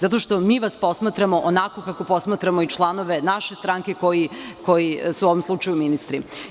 Zato što vas mi posmatramo onako kako posmatramo i članove naše stranke koji su u ovom slučaju ministri.